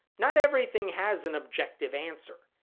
not everything has an objective answer.